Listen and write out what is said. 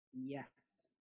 Yes